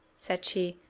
said she,